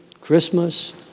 Christmas